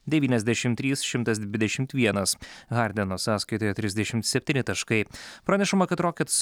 devyniasdešim trys šimtas dvidešimt vienas hardeno sąskaitoje trisdešimt septyni taškai pranešama kad rokets